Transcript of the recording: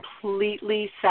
completely